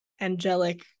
angelic